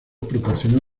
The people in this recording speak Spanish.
proporcionó